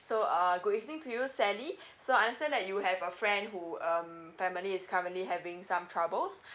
so uh good evening to you sally so I understand that you have a friend who um family is currently having some troubles